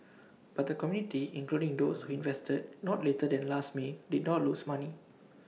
but the community including those who invested not later than last may did not lose money